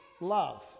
love